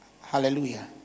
Hallelujah